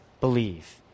believe